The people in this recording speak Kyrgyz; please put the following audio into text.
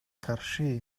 каршы